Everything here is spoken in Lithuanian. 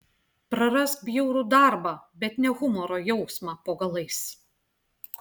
prarask bjaurų darbą bet ne humoro jausmą po galais